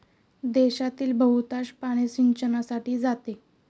देशातील बहुतांश पाणी सिंचनासाठी जाते